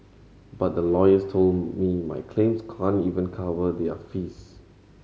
but the lawyers told me my claims can't even cover their fees